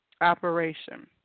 operation